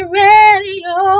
radio